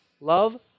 love